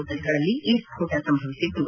ಹೋಟೆಲ್ಗಳಲ್ಲಿ ಈ ಸ್ಕೋಟ ಸಂಭವಿಸಿದ್ದು